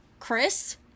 Chris